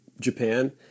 Japan